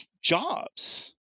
jobs